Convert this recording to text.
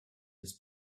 his